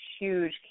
huge